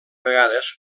vegades